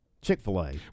Chick-fil-A